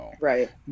right